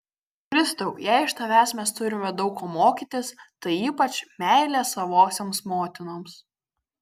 kristau jei iš tavęs mes turime daug ko mokytis tai ypač meilės savosioms motinoms